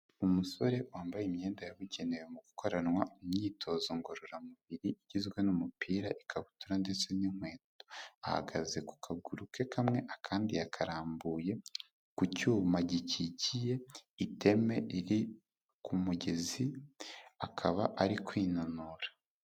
Umusore wambaye imyenda yabugenewe mu gukoranwa imyitozo ngororamubiri, igizwe n'umupira, ikabutura ndetse n'inkweto. Ahagaze ku kaguru ke kamwe, akandi yakarambuye ku cyuma gikikiye iteme riri ku mugezi, akaba ari kwinanura.